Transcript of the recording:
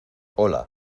hola